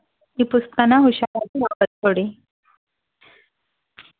ಈ ಪುಸ್ತಕನ ಹುಷಾರಾಗಿ ವಾಪಸ್ಸು ಕೊಡಿ